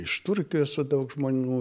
iš turkijos su daug žmonių